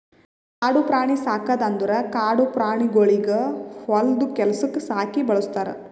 ಕಾಡು ಪ್ರಾಣಿ ಸಾಕದ್ ಅಂದುರ್ ಕಾಡು ಪ್ರಾಣಿಗೊಳಿಗ್ ಹೊಲ್ದು ಕೆಲಸುಕ್ ಸಾಕಿ ಬೆಳುಸ್ತಾರ್